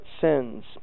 sins